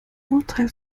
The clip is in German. urteil